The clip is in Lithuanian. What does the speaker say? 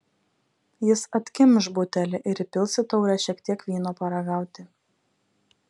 jis atkimš butelį ir įpils į taurę šiek tiek vyno paragauti